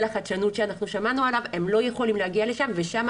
החדשנות ששמענו עליו לא יכולים להגיע לשם ושם,